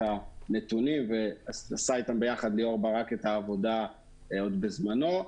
הנתונים ויחד איתם ליאור ברק עשה את העבודה עוד בשעתו.